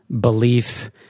belief